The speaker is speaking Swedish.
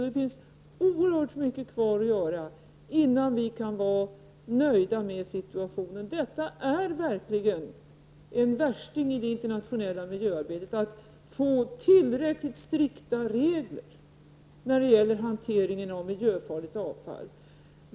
Det finns oerhört mycket kvar att göra innan vi kan vara nöjda med situationen. Det är verkligen en ''värsting'' i det internationella miljöarbetet att få tillräckligt strikta regler för hanteringen av miljöfarligt avfall.